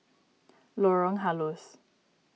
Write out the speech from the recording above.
Lorong Halus